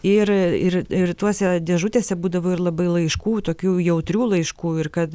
ir ir ir tuose dėžutėse būdavo ir labai laiškų tokių jautrių laiškų ir kad